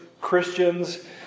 Christians